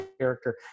character